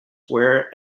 wear